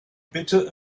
bitter